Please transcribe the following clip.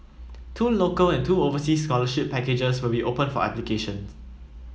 two local and two overseas scholarship packages will be open for application